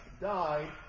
died